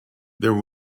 there